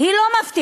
היא לא מפתיעה,